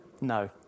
no